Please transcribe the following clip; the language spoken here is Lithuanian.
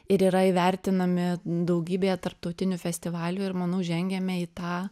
ir yra įvertinami n daugybėje tarptautinių festivalių ir manau žengiame į tą